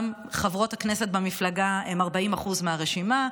גם כמובן חברות הכנסת במפלגה הן 40% מהרשימה,